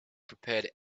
prepared